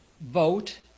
vote